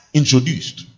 introduced